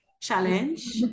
challenge